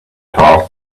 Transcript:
task